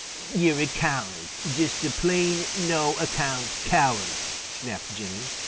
you're a coward, just a plain no-account coward! snapped jimmy.